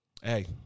Hey